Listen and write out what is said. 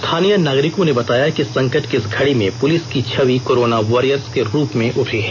स्थानीय नागरिकों ने बताया कि संकट की इस घड़ी में पुलिस की छवि कोरोना वॉरियर के रूप में उभरी है